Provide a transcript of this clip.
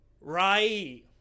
Right